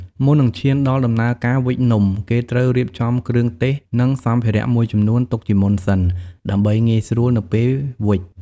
មុននឹងឈានដល់ដំណើរការវេចនំ គេត្រូវរៀបចំគ្រឿងទេស និងសម្ភារមួយចំនួនទុកជាមុនសិន ដើម្បីងាយស្រួលនៅពេលវេច។